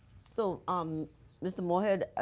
so, um mr. moore head,